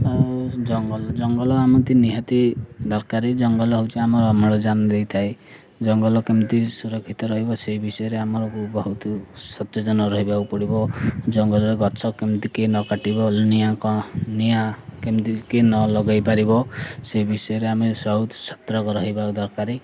ଆଉ ଜଙ୍ଗଲ ଜଙ୍ଗଲ ଆମକୁ ନିହାତି ଦରକାର ଜଙ୍ଗଲ ହେଉଛି ଆମର ଅମ୍ଳଜାନ ଦେଇ ଥାଏ ଜଙ୍ଗଲ କେମିତି ସୁରକ୍ଷିତ ରହିବ ସେ ବିଷୟରେ ଆମର ବହୁତ ସଚେଜନ ରହିବାକୁ ପଡ଼ିବ ଜଙ୍ଗଲରେ ଗଛ କେମିତି କିଏ ନ କାଟିବ ନିଆଁ କଣ ନିଆଁ କେମିତି କିଏ ନ ଲଗାଇ ପାରିବ ସେ ବିଷୟରେ ଆମେ ବହୁତ ସତର୍କ ରହିବା ଦରକାର